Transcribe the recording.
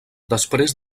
després